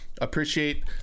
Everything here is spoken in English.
appreciate